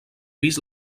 vist